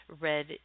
red